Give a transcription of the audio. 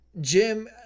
jim